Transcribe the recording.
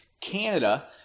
Canada